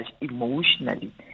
emotionally